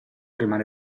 rimane